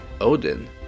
Odin